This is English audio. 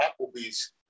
Applebee's